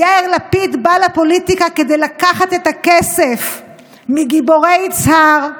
יאיר לפיד בא לפוליטיקה כדי לקחת את הכסף מגיבורי יצהר,